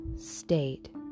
state